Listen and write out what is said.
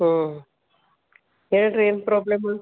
ಹ್ಞೂ ಹೇಳಿ ರೀ ಏನು ಪ್ರಾಬ್ಲಮ್